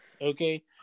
Okay